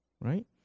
Right